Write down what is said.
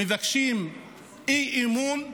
מבקשים אי-אמון?